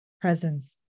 presence